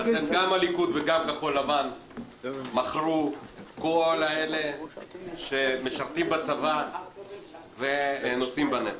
לכן גם הליכוד וגם כחול לבן מכרו את כל אלה שמשרתים בצבא ונושאים בנטל.